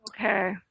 okay